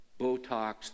Botox